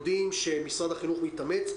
אנחנו יודעים שמשרד החינוך מתאמץ.